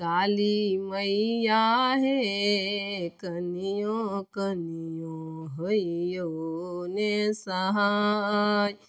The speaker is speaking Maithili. काली मैया हेऽ कनियो कनियो होइयौ ने सहाय